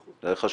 זה חשוב.